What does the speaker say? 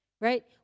right